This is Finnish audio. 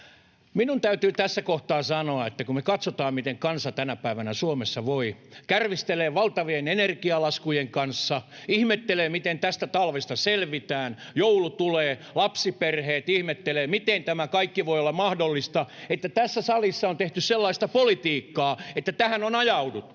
Minun täytyy tässä kohtaa sanoa, että kun me katsomme, miten kansa tänä päivänä Suomessa voi, kärvistelee valtavien energialaskujen kanssa, ihmettelee, miten tästä talvesta selvitään... Joulu tulee, lapsiperheet ihmettelevät, miten tämä kaikki voi olla mahdollista, että tässä salissa on tehty sellaista politiikkaa, että tähän on ajauduttu.